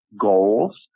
goals